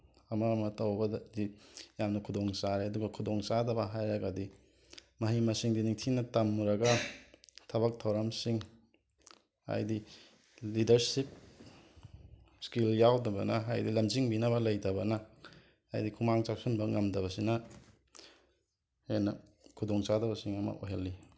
ꯑꯃ ꯑꯃ ꯇꯧꯕꯗꯗꯤ ꯌꯥꯝꯅ ꯈꯨꯗꯣꯡꯆꯥꯔꯦ ꯑꯗꯨꯒ ꯈꯨꯗꯣꯡꯆꯥꯗꯕ ꯍꯥꯏꯔꯒꯗꯤ ꯃꯍꯩ ꯃꯁꯤꯡꯗꯤ ꯅꯤꯡꯊꯤꯅ ꯇꯝꯃꯨꯔꯒ ꯊꯕꯛ ꯊꯧꯔꯝꯁꯤꯡ ꯍꯥꯏꯗꯤ ꯂꯤꯗꯔꯁꯤꯞ ꯏꯁꯀꯤꯜ ꯌꯥꯎꯗꯕꯅ ꯍꯥꯏꯗꯤ ꯂꯝꯖꯤꯡꯕꯤꯅꯕ ꯂꯩꯇꯕꯅ ꯍꯥꯏꯗꯤ ꯈꯨꯃꯥꯡ ꯆꯥꯎꯁꯤꯟꯕ ꯉꯝꯗꯕꯁꯤꯅ ꯍꯦꯟꯅ ꯈꯨꯗꯣꯡꯆꯥꯗꯕꯁꯤꯡ ꯑꯃ ꯑꯣꯏꯍꯜꯂꯤ